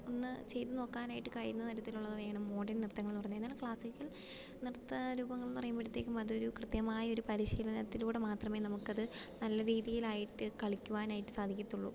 ഒന്ന് ചെയ്തുനോക്കാനായിട്ട് കഴിയുന്ന തരത്തിലുള്ളവയാണ് മോഡേൺ നൃത്തങ്ങളെന്ന് പറഞ്ഞുകഴിഞ്ഞാൽ എന്നാല് ക്ലാസിക്കൽ നൃത്തരൂപങ്ങളെന്ന് പറയുമ്പോഴേക്കും അതൊരു കൃത്യമായൊരു പരിശീലനത്തിലൂടെ മാത്രമേ നമുക്കത് നല്ല രീതിയിലായിട്ട് കളിക്കുവാനായിട്ട് സാധിക്കുകയുള്ളൂ